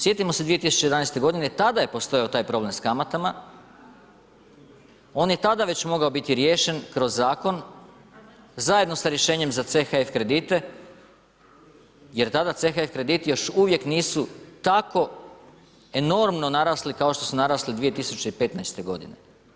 Sjetimo se 2011. godine tada je postojao taj problem s kamatama, on je tada već mogao biti riješen kroz zakon, zajedno sa rješenjem za CHF kredite, jer tada CHF krediti još uvijek nisu tako enormno narasli kao što su narasli 2015. godine.